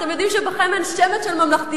אתם יודעים שבכם אין שמץ של ממלכתיות,